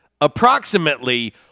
Approximately